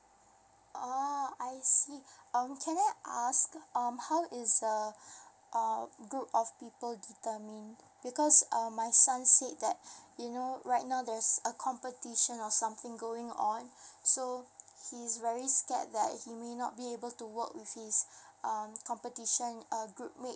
[og] I see um can I ask um how is uh a group of people determined because uh my son said that you know right now there's a competition or something going on so he is very scared that he may not be able to work with his um competition uh group mate